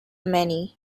many